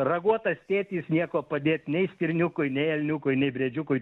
raguotas tėtis niekuo padėt nei stirniukui nei elniukui nei briedžiukui